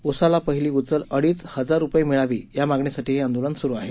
ऊसाला पहिली उचल अडीच हजार रुपये मिळावी या मागणीसाठी हे आंदोलन सुरू आहे